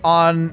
on